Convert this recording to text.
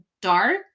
dark